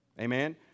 Amen